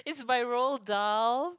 by Roald-Dahl